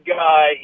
guy